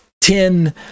ten